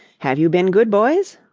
have you been good boys?